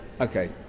okay